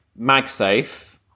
MagSafe